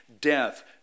death